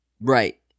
Right